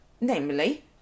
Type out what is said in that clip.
namely